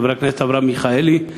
חבר הכנסת אברהם מיכאלי.